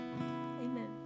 Amen